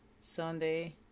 Sunday